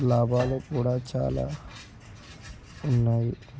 లాభాలు కూడా చాలా ఉన్నాయి